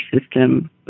system